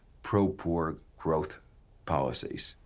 pro-poor growth policies.